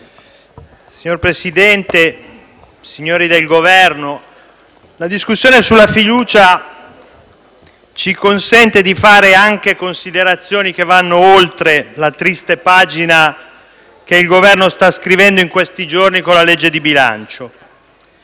Signor Presidente, signori del Governo, la discussione sulla questione di fiducia ci consente di fare considerazioni che vanno oltre la triste pagina che il Governo sta scrivendo in questi giorni con il disegno di legge di bilancio.